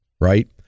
right